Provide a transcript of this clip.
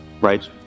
right